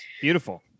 Beautiful